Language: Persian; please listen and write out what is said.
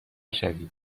شوید